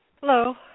Hello